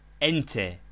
Enter